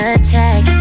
attack